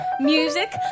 Music